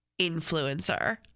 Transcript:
influencer